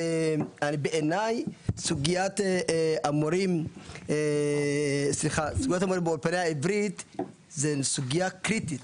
בעיניי סוגיית המורים באולפני העברית זו סוגיה קריטית,